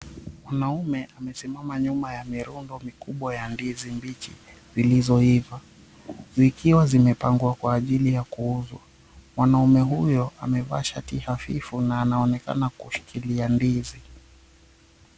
Mwanaume amesimama nyuma ya mirundo mikubwa ya ndizi mbichi zilizoiva, zikiwa zimepangwa kwa ajili ya kuuzwa. Mwanaume huyo amevaa shati hafifu na ananonekana kushikilia ndizi.